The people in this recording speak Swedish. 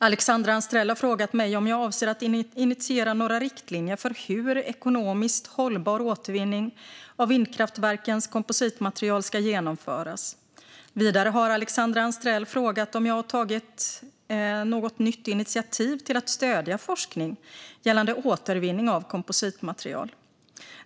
Alexandra Anstrell har frågat om jag avser att initiera några riktlinjer för hur ekonomiskt hållbar återvinning av vindkraftverkens kompositmaterial ska genomföras. Vidare har Alexandra Anstrell frågat om jag har tagit något nytt initiativ till att stödja forskning gällande återvinning av kompositmaterial.